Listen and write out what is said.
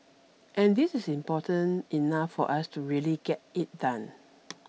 and this is important enough for us to really get it done